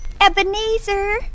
Ebenezer